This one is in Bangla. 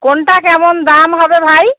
কোনটা কেমন দাম হবে ভাই